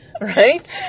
right